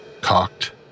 cocked